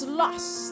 lost